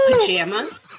pajamas